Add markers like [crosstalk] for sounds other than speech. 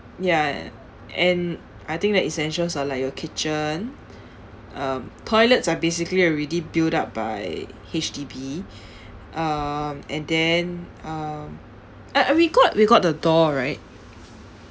ya and I think that essentials are like your kitchen um toilets are basically already build up by H_D_B [breath] um and then um and and we got we got the door right